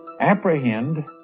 apprehend